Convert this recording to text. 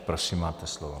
Prosím, máte slovo.